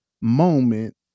moment